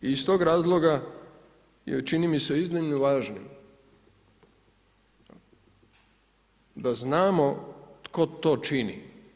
I iz tog razloga i čini mi se iznimno važno, da znamo tko to čini.